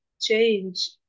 change